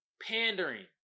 Pandering